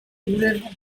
river